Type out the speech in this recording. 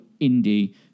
indie